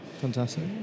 Fantastic